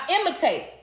imitate